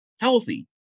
healthy